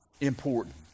important